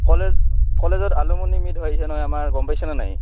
college কলেজত alumni meet হৈছে নহয় আমাৰ গম পাইছা নে নাই